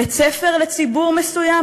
בית-ספר לציבור מסוים,